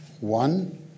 one